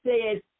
says